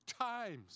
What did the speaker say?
times